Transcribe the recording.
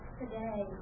today